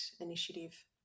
initiative